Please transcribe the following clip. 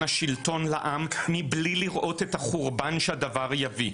השלטון לעם מבלי לראות את החורבן שהדבר יביא,